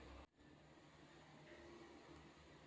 माझा खाता तपासून बघा मी किती पैशे काढू शकतय?